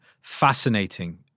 fascinating